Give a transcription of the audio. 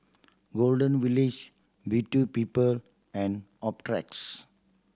Golden Village Beauty People and Optrex